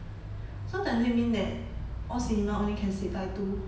so does it mean that all cinema only can seat like two